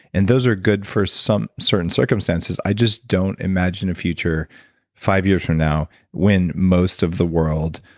and those are good for some certain circumstances, i just don't imagine a future five years from now when most of the world,